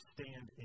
Stand